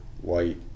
white